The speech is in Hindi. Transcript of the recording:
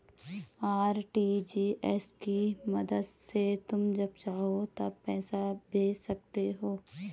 आर.टी.जी.एस की मदद से तुम जब चाहो तब पैसे भेज सकते हो